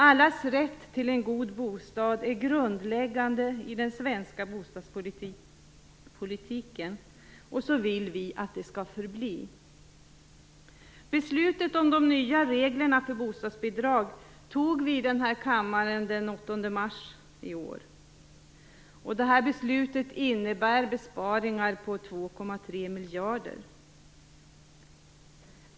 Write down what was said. Allas rätt till en god bostad är grundläggande i den svenska bostadspolitiken, och så vill vi att det skall förbli. Beslutet om de nya reglerna för bostadsbidrag tog vi i denna kammare den 8 mars i år. Beslutet innebär besparingar på 2,3 miljarder.